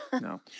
no